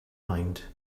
mind